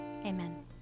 Amen